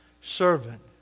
servant